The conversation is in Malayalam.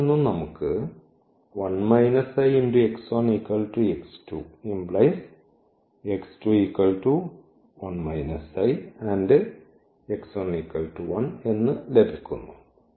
ഇതിൽ നിന്നും നമുക്ക് എന്ന് ലഭിക്കുന്നു